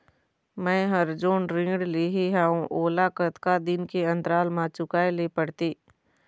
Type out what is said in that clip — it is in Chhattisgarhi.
मैं हर जोन ऋण लेहे हाओ ओला कतका दिन के अंतराल मा चुकाए ले पड़ते?